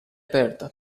aperta